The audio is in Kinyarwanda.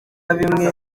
bimwe